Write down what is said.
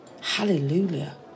Hallelujah